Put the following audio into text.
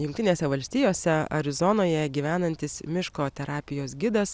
jungtinėse valstijose arizonoje gyvenantis miško terapijos gidas